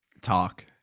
talk